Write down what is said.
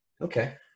okay